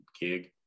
gig